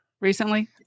recently